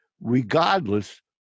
regardless